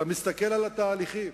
אתה מסתכל על התהליכים,